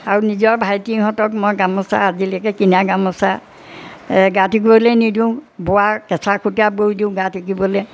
আৰু নিজৰ ভাইটিহঁতক মই গামোচা আজিলৈকে কিনা গামোচা গা টুকিবলৈ নিদিওঁ বোৱা কেঁচা সূতীয়া বৈ দিওঁ গা টুকিবলৈ